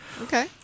okay